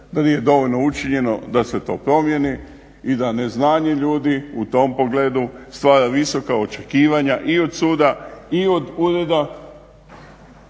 da nije dovoljno učinjeno da se to promijeni i da neznanje ljudi u tom pogledu stvara visoka očekivanja i od suda i od ureda